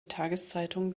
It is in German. tageszeitung